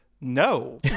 no